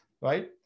right